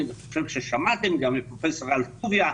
אני חושב ששמעתם גם מפרופ' אלטוביה,